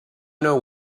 know